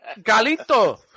Galito